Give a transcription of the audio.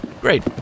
great